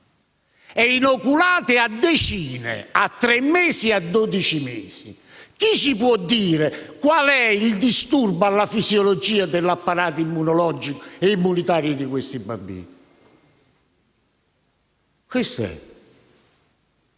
sostanze a decine a tre e dodici mesi chi ci può dire qual è il disturbo alla fisiologia dell'apparato immunologico e immunitario di quei bambini? Andiamo di